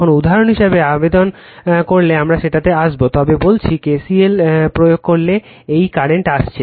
এখন উদাহরন হিসেবে আবেদন করলে আমরা সেটাতে আসব তবে বলছি KCL প্রয়োগ করলে এই কারেন্ট আসছে